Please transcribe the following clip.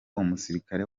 umusirikare